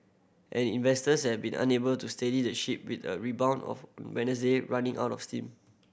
and investors have been unable to steady the ship with a rebound of Wednesday running out of steam